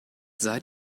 seit